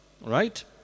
Right